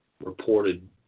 reported